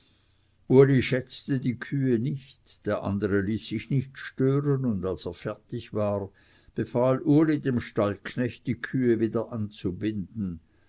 uli schätzte die kühe nicht der andere ließ sich nicht stören und als er fertig war befahl uli dem stallknecht die kühe wieder anzubinden